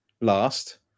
Last